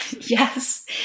Yes